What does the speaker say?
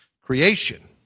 creation